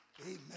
amen